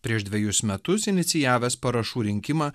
prieš dvejus metus inicijavęs parašų rinkimą